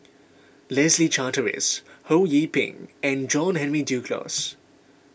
Leslie Charteris Ho Yee Ping and John Henry Duclos